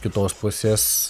kitos pusės